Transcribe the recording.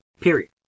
Period